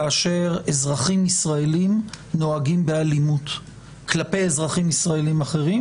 כאשר אזרחים ישראלים נוהגים באלימות כלפי אזרחים ישראלים אחרים,